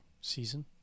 season